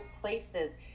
places